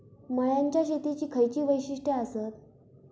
मळ्याच्या शेतीची खयची वैशिष्ठ आसत?